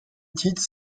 titres